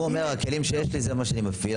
הוא אומר הכלים שיש לי זה מה שאני מפעיל.